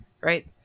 right